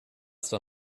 zwar